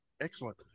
Excellent